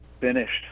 finished